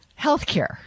Healthcare